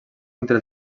entre